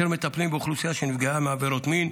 אשר מטפלים באוכלוסייה שנפגעה מעבירות מין,